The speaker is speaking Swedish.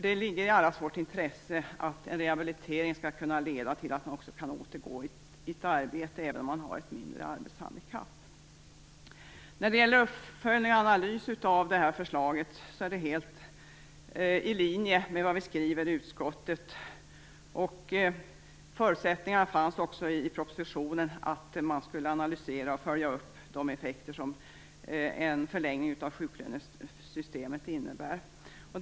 Det ligger i allas vårt intresse att en rehabilitering skall kunna leda till att man också kan återgå i ett arbete, även om man har ett mindre arbetshandikapp. Uppföljning och analys av förslaget är helt i linje med det utskottet skriver. Förutsättningarna för en analys och uppföljning av de effekter som en förlängning av sjuklöneperioden innebär fanns också i propositionen.